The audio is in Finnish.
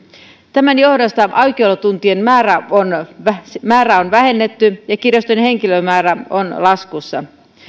tämän johdosta aukiolotuntien määrää on vähennetty ja kirjaston henkilömäärä on laskussa